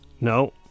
No